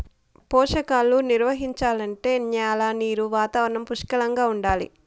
పోషకాలు నిర్వహించాలంటే న్యాల నీరు వాతావరణం పుష్కలంగా ఉండాలి